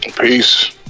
Peace